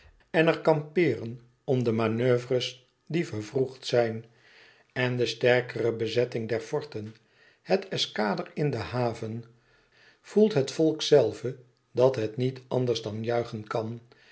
en er kampeeren om de manoeuvres die vervroegd zijn en de sterkere bezetting der forten het eskader in de haven voelt het volk zelve dat het niet anders dan juichen kàn